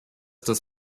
das